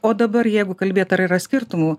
o dabar jeigu kalbėt ar yra skirtumų